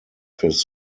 his